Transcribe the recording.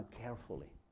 carefully